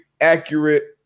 accurate